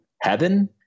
heaven